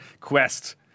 quest